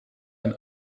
ein